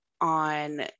on